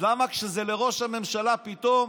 אז למה כשזה לראש הממשלה, פתאום,